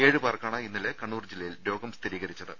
ഏഴു പേർക്കാണ് ഇന്നലെ കണ്ണൂർ ജില്ലയിൽ രോഗം സ്ഥിരീകരിച്ചത്